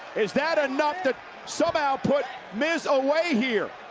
is that enough to somehow put miz away here?